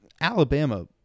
Alabama